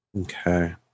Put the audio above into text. Okay